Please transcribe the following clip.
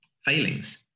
failings